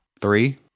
Three